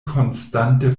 konstante